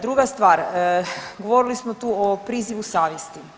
Druga stvar, govorili smo tu o prizivu savjesti.